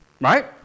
Right